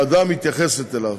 שהוועדה מתייחסת אליו.